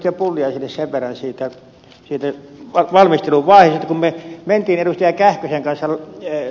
pulliaiselle sen verran siitä valmisteluvaiheesta että kun me menimme ed